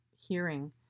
hearing